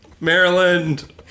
Maryland